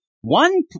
One